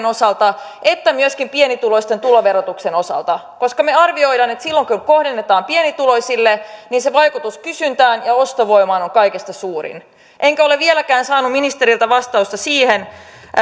osalta että myöskin pienituloisten tuloverotuksen osalta koska me arvioimme että silloin kun kohdennetaan pienituloisille niin sen vaikutus kysyntään ja ostovoimaan on kaikista suurin enkä ole vieläkään saanut ministeriltä vastausta siihen